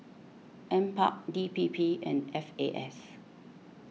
NParks D P P and F A S